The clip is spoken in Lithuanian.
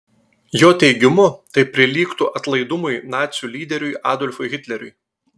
jo teigimu tai prilygtų atlaidumui nacių lyderiui adolfui hitleriui